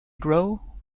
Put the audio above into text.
grow